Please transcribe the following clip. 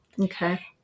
Okay